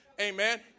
Amen